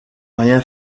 rien